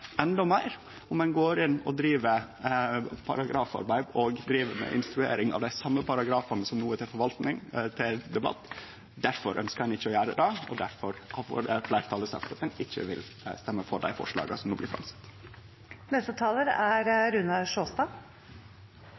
endå meir om ein går inn og driv paragrafarbeid og driv med instruering av dei same paragrafane som no er til debatt. Difor ønskjer ein ikkje å gjere det, og difor har fleirtalet sagt at ein ikkje vil stemme for dei forslaga som no blir